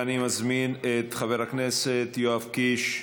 אני מזמין את חבר הכנסת יואב קיש,